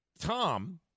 Tom